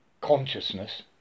consciousness